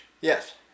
Yes